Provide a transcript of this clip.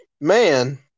man